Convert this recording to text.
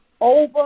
over